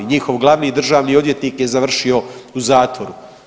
I njihov glavni državni odvjetnik je završio u zatvoru.